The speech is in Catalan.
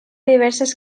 diverses